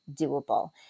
doable